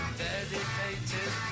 dedicated